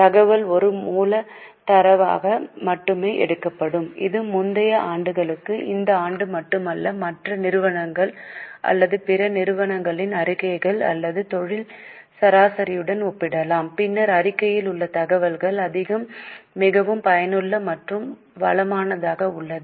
தகவல் ஒரு மூல தரவாக மட்டுமே எடுக்கப்படும் இது முந்தைய ஆண்டுகளுக்கு இந்த ஆண்டு மட்டுமல்ல மற்ற நிறுவனங்கள் அல்லது பிற நிறுவனங்களின் அறிக்கைகள் அல்லது தொழில் சராசரியுடன் ஒப்பிடலாம் பின்னர் அறிக்கையில் உள்ள தகவல்கள் அதிகம் மிகவும் பயனுள்ள மற்றும் வளமானதாக உள்ளது